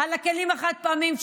על הכלים החד-פעמיים,